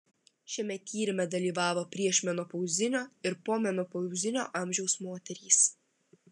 šiame tyrime dalyvavo priešmenopauzinio ir pomenopauzinio amžiaus moterys